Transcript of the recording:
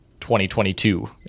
2022